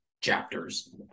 chapters